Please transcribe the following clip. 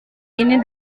ini